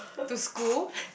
to school